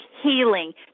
healing